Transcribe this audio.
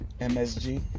MSG